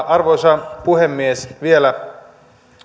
arvoisa puhemies vielä